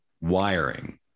wiring